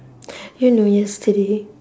you know yesterday